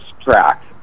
track